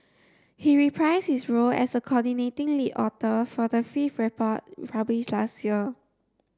he reprised his role as a coordinating lead author for the fifth report published last year